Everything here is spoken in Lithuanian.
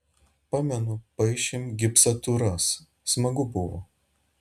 pamenu paišėm gipsatūras smagu buvo